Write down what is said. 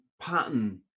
pattern